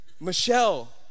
Michelle